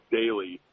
daily